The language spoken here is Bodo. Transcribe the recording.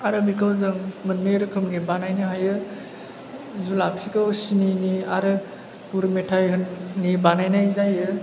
आरो बेखौ जों मोननै रोखोमनि बानायनो हायो जुलाफिखौ सिनिनि आरो गुर मेथाइनि बानायनाय जायो